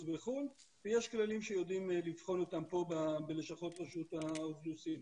בחו"ל ויש כללים שיודעים לבחון אותם פה בלשכות רשות האוכלוסין.